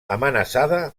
amenaçada